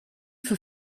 für